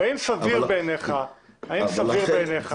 והאם סביר בעינייך שאדם,